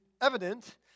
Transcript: evident